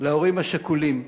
להורים השכולים.